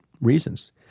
reasons